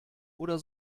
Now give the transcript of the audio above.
oder